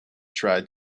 tried